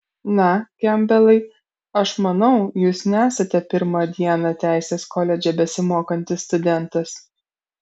na kempbelai aš manau jūs nesate pirmąją dieną teisės koledže besimokantis studentas